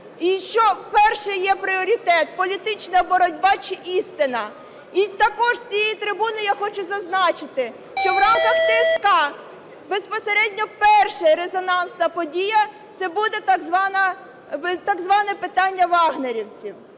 і що перше є пріоритет: політична боротьба чи істина. І також з цієї трибуни я хочу зазначити, що в рамках ТСК безпосередньо перша резонансна подія – це буде так зване питання "вагнерівців".